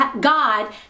god